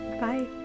bye